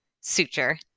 suture